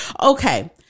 okay